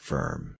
Firm